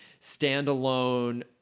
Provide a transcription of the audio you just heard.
standalone